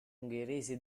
ungherese